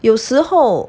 有时候